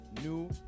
new